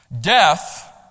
death